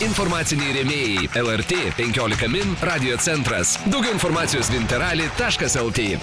informaciniai rėmėjai lrt penkiolika min radijo centras daugiau informacijos winter rally taškas lt